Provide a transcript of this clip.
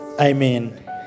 Amen